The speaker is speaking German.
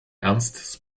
ernstes